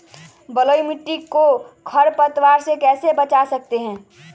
बलुई मिट्टी को खर पतवार से कैसे बच्चा सकते हैँ?